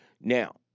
Now